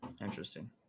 Interesting